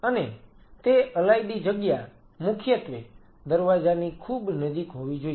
અને તે અલાયદી જગ્યા મુખત્વે દરવાજાની ખૂબ નજીક હોવી જોઈએ